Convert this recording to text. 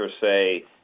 say